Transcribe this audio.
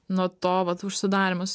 nuo to vat užsidarymus